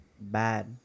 bad